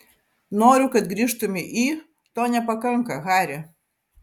noriu kad grįžtumei į to nepakanka hari